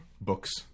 Books